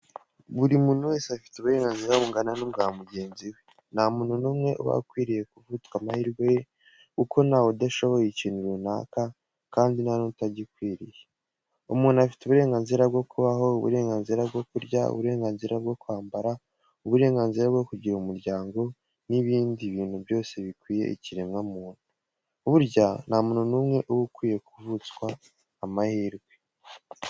Umuntu wese afite uburenganzira bungana n'ubwa mugenzi we, nta muntu n'umwe uba ukwiriye kuvutsa amahirwe ye kuko ntawutashoboye ikintu runaka kandi ntanutagikwiriye. Umuntu afite uburenganzira bwo kubaho, uburenganzira bwo kurya, uburenganzira bwo kwambara, uburenganzira bwo kugira umuryango n'ibindi bintu byose bikwiye ikiremwamuntu. Burya nta muntu n'umwe uba ukwiriye kuvutswa amahirwe.